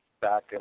back